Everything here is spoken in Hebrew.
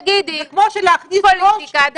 תגידי "פוליטיקה".